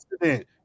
accident